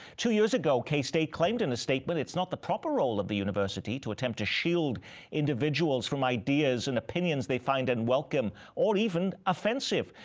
two years ago, k state claimed in a statement it is not the proper role of the university to attempt to shield individuals from ideas and opinions they find unwelcome or even offensive.